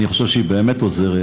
אני חושב שהיא באמת עוזרת